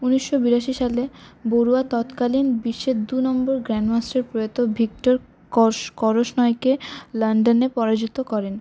উনিশশো বিরাশি সালে বড়ুয়া তৎকালীন বিশ্বের দু নম্বর গ্র্যান্ডমাস্টার প্রয়াত ভিক্টর কর্শ করশনয়কে লন্ডনে পরাজিত করেন